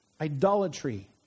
idolatry